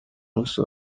musi